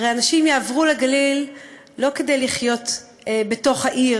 הרי אנשים יעברו לגליל לא כדי לחיות בתוך העיר,